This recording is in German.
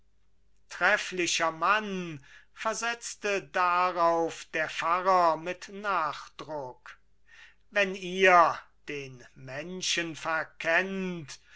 trefflicher mann versetzte darauf der pfarrer mit nachdruck wenn ihr den menschen verkennt